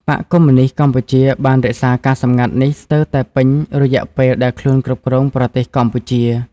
បក្សកុម្មុយនីស្តកម្ពុជាបានរក្សាការសម្ងាត់នេះស្ទើរតែពេញរយៈពេលដែលខ្លួនគ្រប់គ្រងប្រទេសកម្ពុជា ។